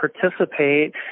participate